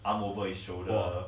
!whoa!